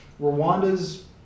Rwanda's